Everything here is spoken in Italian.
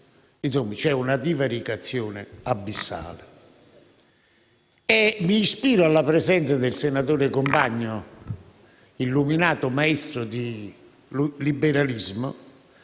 vi è una divaricazione abissale. Mi ispiro alla presenza del senatore Compagna, illuminato maestro di liberalismo,